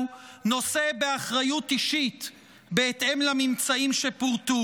נושא באחריות אישית בהתאם לממצאים שפורטו"